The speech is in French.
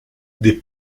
des